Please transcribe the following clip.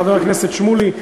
חבר הכנסת שמולי,